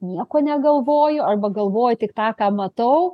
nieko negalvoju arba galvoju tik tą ką matau